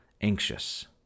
anxious